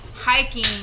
hiking